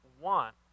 want